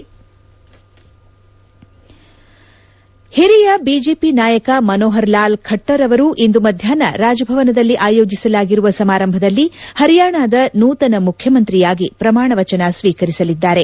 head ಹಿರಿಯ BJP ನಾಯಕ ಮನೋಪರ್ ಲಾಲ್ ಖಟ್ಟರ್ ಅವರು ಇಂದು ಮಧ್ಯಾಷ್ನ ರಾಜಭವನದಲ್ಲಿ ಆಯೋಜಿಸಲಾಗಿರುವ ಸಮಾರಂಭದಲ್ಲಿ ಹರಿಯಾಣದ ನೂತನ ಮುಖ್ಚುಮಂತ್ರಿಯಾಗಿ ಪ್ರಮಾಣ ಸ್ವೀಕರಿಸಲಿದ್ದಾರೆ